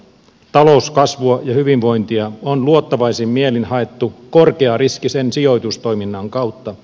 talouskasvua ja hyvinvointia on luottavaisin mielin haettu korkeariskisen sijoitustoiminnan kautta